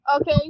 Okay